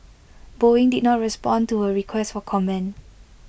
boeing did not respond to A request for comment